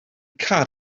car